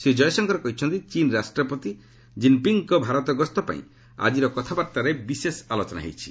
ଶ୍ରୀ ଜୟଶଙ୍କର କହିଛନ୍ତି ଚୀନ୍ ରାଷ୍ଟ୍ରପତି ଶ୍ରୀ ଜିନ୍ପିଙ୍ଗ୍ଙ୍କ ଭାରତ ଗସ୍ତ ପାଇଁ ଆଜିର କଥାବାର୍ତ୍ତାରେ ବିଶେଷ ଆଲୋଚନା ହୋଇଛି